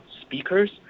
speakers